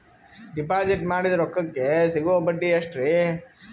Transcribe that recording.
Deposit ಮಾಡಿದ ರೊಕ್ಕಕೆ ಸಿಗುವ ಬಡ್ಡಿ ಎಷ್ಟ್ರೀ?